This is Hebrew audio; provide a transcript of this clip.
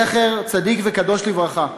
זכר צדיק וקדוש לברכה,